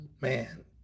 Man